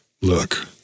Look